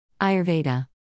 Ayurveda